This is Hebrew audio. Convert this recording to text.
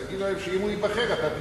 אז תגיד להם שאם הוא ייבחר אתה תתפטר.